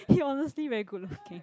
he honestly very good looking